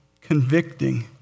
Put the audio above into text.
convicting